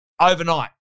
overnight